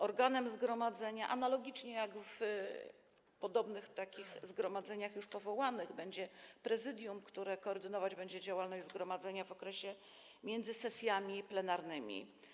Organem zgromadzenia, analogicznie do podobnych zgromadzeń już powołanych, będzie prezydium, które koordynować będzie działalność zgromadzenia w okresie między sesjami plenarnymi.